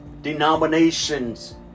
Denominations